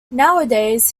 nowadays